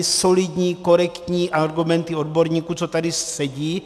Solidní, korektní argumenty odborníků, co tady sedí.